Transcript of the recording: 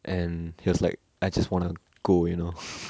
and he was like I just want to go you know